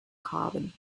carbon